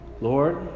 Lord